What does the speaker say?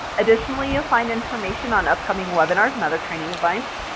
additionally you'll find information on upcoming webinars and other training advice.